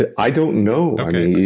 ah i don't know okay